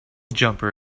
jumper